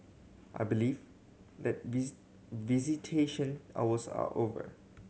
I believe that visitation hours are over